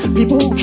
People